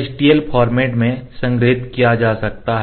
HTL format में संग्रहीत किया जा सकता है